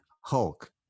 Hulk